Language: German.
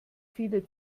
viele